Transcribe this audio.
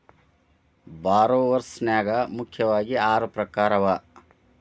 ಭಾರೊವರ್ಸ್ ನ್ಯಾಗ ಮುಖ್ಯಾವಗಿ ಆರು ಪ್ರಕಾರವ